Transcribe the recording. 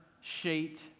shaped